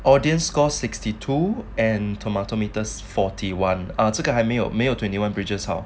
audience score sixty two and tomato metres forty one err 这个还没有没有 twenty one bridges hor